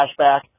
flashback